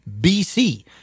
BC